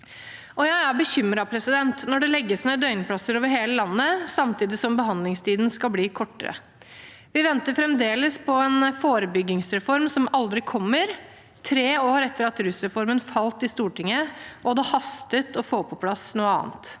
Jeg er bekymret når det legges ned døgnplasser over hele landet, samtidig som behandlingstiden skal bli kortere. Vi venter fremdeles på en forebyggingsreform som aldri kommer – tre år etter at rusreformen falt i Stortinget og det hastet å få på plass noe annet.